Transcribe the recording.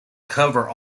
cover